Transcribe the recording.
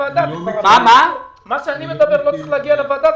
מה שאני מדבר עליו לא צריך להגיע לוועדה.